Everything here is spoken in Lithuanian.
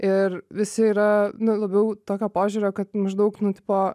ir visi yra nu labiau tokio požiūrio kad maždaug nu tipo